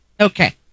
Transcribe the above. Okay